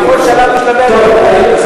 בכל שלב משלבי הדיון.